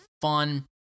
fun